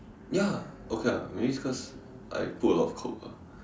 ya okay ah maybe it's because I put a lot of coke ah